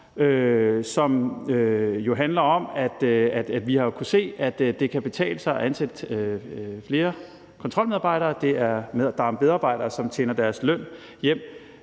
jo handler om, at vi har kunnet se, at det kan betale sig at ansætte flere kontrolmedarbejdere. Det er medarbejdere, som tjener deres løn hjem